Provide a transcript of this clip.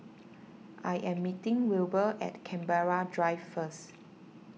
I am meeting Wilber at Canberra Drive first